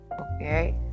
Okay